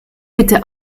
bitte